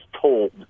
told